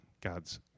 God's